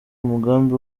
umugambi